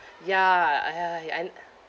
ya ah ya and